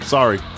Sorry